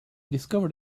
discovered